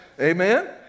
Amen